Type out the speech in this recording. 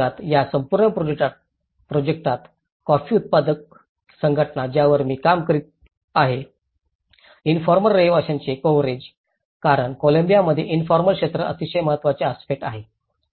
या विभागात या संपूर्ण प्रोजेक्टात कॉफी उत्पादक संघटना ज्यावर मी काम करीत आहे इन्फॉर्मल रहिवाशांचे कव्हरेज कारण कोलंबियामध्ये इन्फॉर्मल क्षेत्र अतिशय महत्त्वाचे आस्पेक्ट आहे